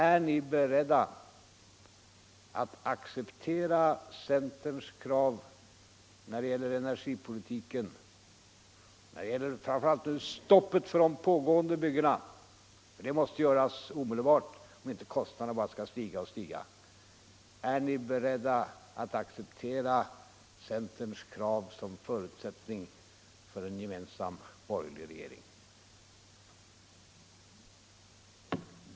Är ni beredda att acceptera centerns krav när det gäller energipolitiken, när det gäller stoppet för de pågående byggena, som måste göras omedelbart om inte kostnaderna bara skall stiga? Är ni beredda att acceptera centerns krav som förutsättning för en gemensam borgerlig regering?